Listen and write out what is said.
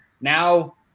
Now